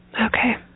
Okay